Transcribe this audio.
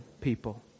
people